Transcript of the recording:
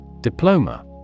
Diploma